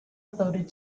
voted